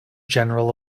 general